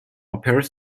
appears